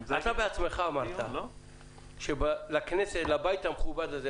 אתה בעצמך אמרת שלבית המכובד הזה,